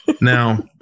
Now